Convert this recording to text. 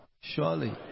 surely